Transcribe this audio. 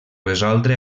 resoldre